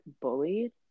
bullied